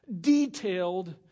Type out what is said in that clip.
detailed